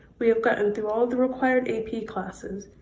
we have gotten to all the required classes.